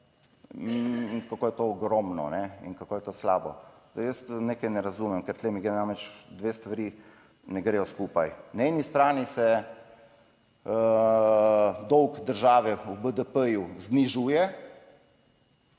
kako je to ogromno in kako je to slabo. Zdaj jaz nekaj ne razumem, ker tu mi gre namreč dve stvari ne gredo skupaj. Na eni strani se dolg države v BDP znižuje,